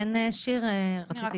כן, שיר, רצית להתייחס?